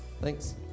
Thanks